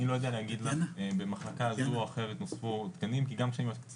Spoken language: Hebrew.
אני לא יודע להגיד לך במחלקה זו או אחרת נוספו תקנים כי גם כשאני מקצה